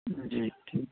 جی ٹھیک